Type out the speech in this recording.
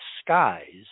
skies